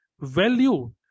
Value